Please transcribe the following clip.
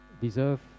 deserve